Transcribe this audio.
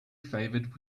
favored